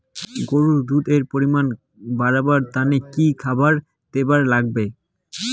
গরুর দুধ এর পরিমাণ বারেবার তানে কি খাবার দিবার লাগবে?